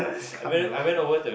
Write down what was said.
I can't though